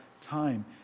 time